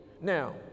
Now